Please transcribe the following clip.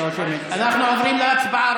אנחנו עוברים להצבעה.